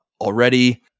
already